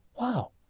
Wow